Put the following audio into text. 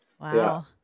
Wow